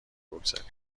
بگذاریم